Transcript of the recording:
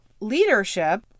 leadership